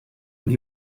when